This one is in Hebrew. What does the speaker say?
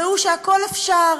והוא שהכול אפשר,